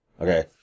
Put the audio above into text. Okay